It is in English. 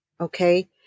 okay